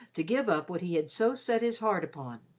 to give up what he had so set his heart upon.